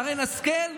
שרן השכל,